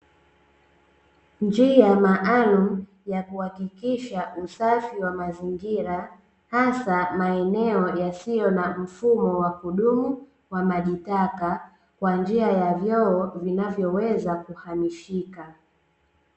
Njia maalum ya kuhakikisha usafi wa mazingira hasa maeneo yasiyo na mfumo wa kudumu wa maji taka kwa njia ya vyoo vinavyoweza kuhamishika.